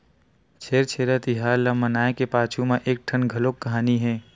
छेरछेरा तिहार ल मनाए के पाछू म एकठन घलोक कहानी हे